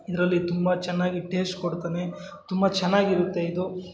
ಇದರಲ್ಲಿ ತುಂಬ ಚೆನ್ನಾಗಿ ಟೇಸ್ಟ್ ಕೊಡ್ತಾನೆ ತುಂಬ ಚೆನ್ನಾಗಿರುತ್ತೆ ಇದು